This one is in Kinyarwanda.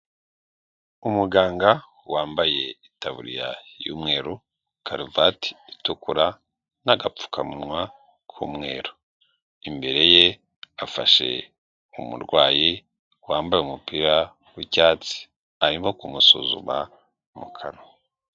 Umuganga wambaye itaburiya y'umweru karuvati itukura n'agapfukamunwa k'umweru imbere ye afashe umurwayi wambaye umupira w'icyatsi arimo kumusuzuma mu kanwa.